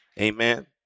Amen